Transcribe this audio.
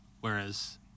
whereas